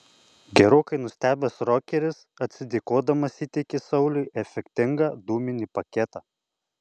gerokai nustebęs rokeris atsidėkodamas įteikė sauliui efektingą dūminį paketą